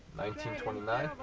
twenty nine.